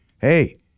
hey